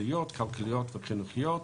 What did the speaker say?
כלכליות וחינוכיות.